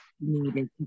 needed